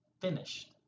finished